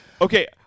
Okay